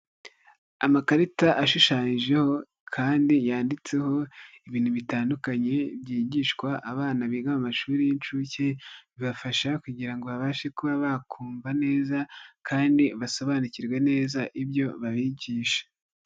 Amakarita ashushanyijeho, kandi yanditseho ibintu bitandukanye byigishwa abana biga amashuri y'inshuke, bibafasha kugira ngo babashe kuba bakumva neza, kandi basobanukirwe neza ibyo babigisha.